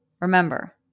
remember